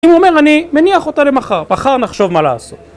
אם הוא אומר, אני מניח אותה למחר, מחר נחשוב מה לעשות.